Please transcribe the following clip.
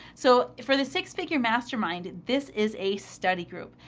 so, for the six figure mastermind, this is a study group.